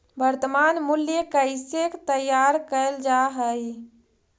वर्तनमान मूल्य कइसे तैयार कैल जा हइ?